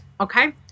okay